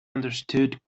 understood